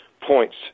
points